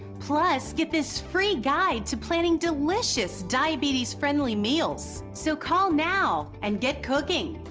plus get this free guide to planning delicious diabetes friendly meals. so call now and get cooking.